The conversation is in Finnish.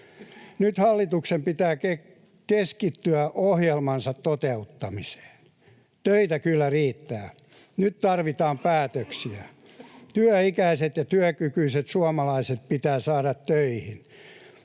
Nyt hallituksen pitää keskittyä ohjelmansa toteuttamiseen. Töitä kyllä riittää. Nyt tarvitaan päätöksiä. Työ-ikäiset ja työkykyiset suomalaiset pitää saada töihin.